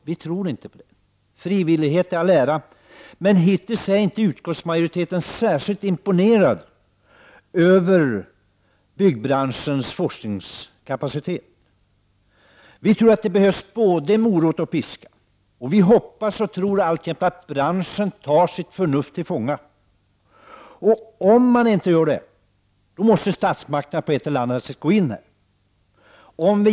Frivillighet i all ära, men hittills är utskottsmajoriteten inte särskilt imponerad av byggbranschens forskningskapacitet. Vi tror att det behövs både morot och piska. Vi hoppas och tror alltjämt att branschen tar sitt förnuft till fånga. Om man inte gör det måste statsmakterna gå in på ett eller annat sätt.